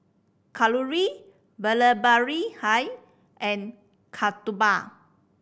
Kalluri Vallabhbhai and Kasturba